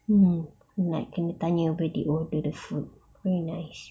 mm nak kena tanya where they order the food very nice